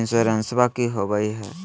इंसोरेंसबा की होंबई हय?